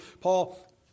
Paul